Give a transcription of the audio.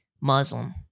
Muslim